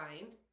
find